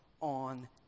on